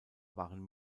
waren